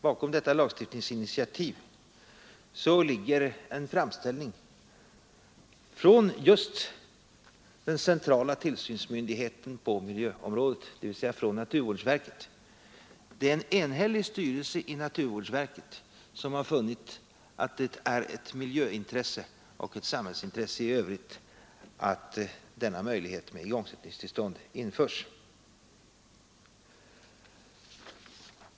Bakom detta lagstiftningsinitiativ ligger en framställning från den centrala tillsynsmyndigheten på miljöområdet, dvs. naturvårdsverket. En enhällig styrelse i naturvårdsverket har funnit att det är ett miljöintresse och ett samhällsintresse i övrigt att denna möjlighet att ge igångsättningstillstånd införs.